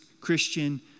Christian